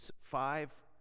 five